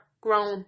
grown